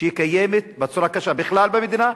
שקיימת בצורה קשה בכלל במדינה,